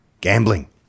gambling